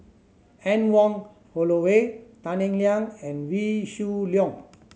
Anne Wong Holloway Tan Eng Liang and Wee Shoo Leong